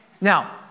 Now